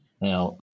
Now